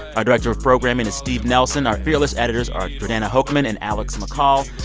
our director of programming is steve nelson. our fearless editors are jordana hochman and alex mccall.